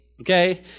okay